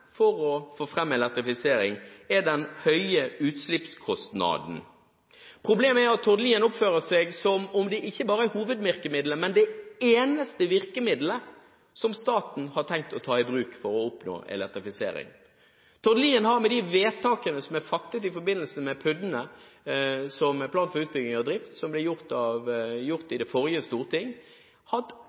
for å få fram elektrifisering er den høye utslippskostnaden. Problemet er at Tord Lien oppfører seg som om det ikke bare er hovedvirkemidlet, men det eneste virkemidlet som staten har tenkt å ta i bruk for å oppnå elektrifisering. Tord Lien har med de vedtakene som er fattet i forbindelse med PUD-ene – plan for utbygging og drift – som ble gjort i det forrige storting, hatt